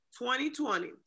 2020